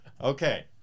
Okay